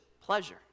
pleasure